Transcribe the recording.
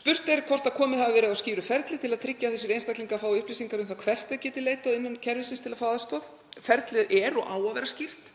Spurt er hvort komið hafi verið á skýru ferli til að tryggja að þessir einstaklingar fái upplýsingar um það hvert þeir geti leitað innan kerfisins til að fá aðstoð. Ferlið er og á að vera skýrt.